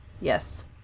yes